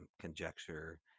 conjecture